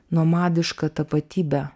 nomadišką tapatybę